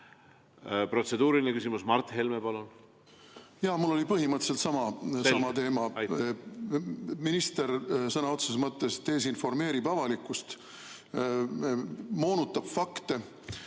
Protseduuriline küsimus, Mart Helme, palun! Jaa, mul oli põhimõtteliselt sama teema. Minister sõna otseses mõttes desinformeerib avalikkust, moonutab fakte,